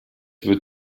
wird